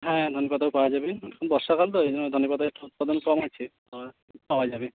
হ্যাঁ ধনেপাতাও পাওয়া যাবে বর্ষাকাল তো ওই জন্য ধনেপাতা একটু উৎপাদন কম আছে তবে পাওয়া যাবে